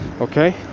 okay